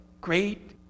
Great